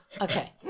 Okay